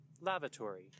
lavatory